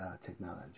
technology